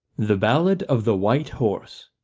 the ballad of the white horse